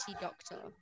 doctor